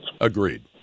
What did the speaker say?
Agreed